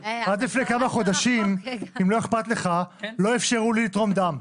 עד לפני כמה חודשים לא אפשרו לי לתרום דם.